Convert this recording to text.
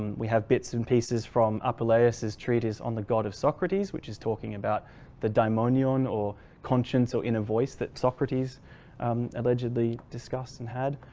we have bits and pieces from apuleius' treatise on the god of socrates which is talking about the dominion or conscience or inner voice that socrates allegedly discussed and had.